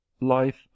Life